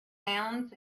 sounds